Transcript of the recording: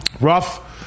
rough